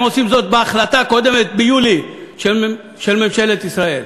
עושים זאת בהחלטה קודמת של ממשלת ישראל,